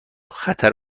خطر